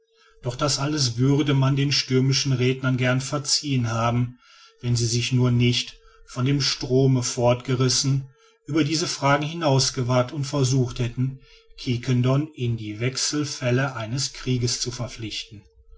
doch das alles würde man den stürmischen rednern gern verziehen haben wenn sie sich nur nicht von dem strome fortgerissen über diese fragen hinausgewagt und es versucht hatten quiquendone in die wechselfälle eines krieges zu verflechten